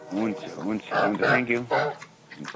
हुन्छ हुन्छ हुन्छ थ्याङ्क्यु हुन्छ